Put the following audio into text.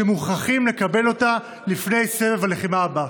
שמוכרחים לקבל אותה לפני סבב הלחימה הבא.